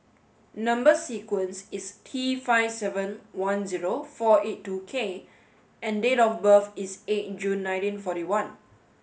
number sequence is T five seven one zero four eight two K and date of birth is eight June nineteen forty one